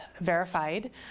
verified